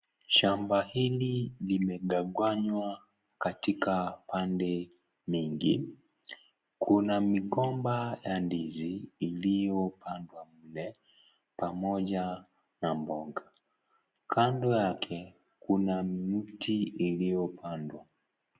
Shamba hili limegawanywa katika pande mingi, kuna migomba ya ndizi iliyopandwa kule pamoja na mboga, kando yake kuna mti uliopandwa.